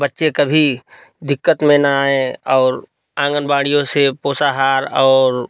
बच्चे कभी दिक्कत में ना आएं और आंगनबाड़ियों से पोषाहार और